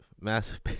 massive